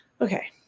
Okay